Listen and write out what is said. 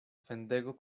fendego